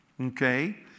okay